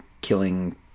killing